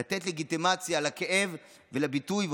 לתת לגיטימציה לכאב ולביטויו,